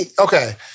okay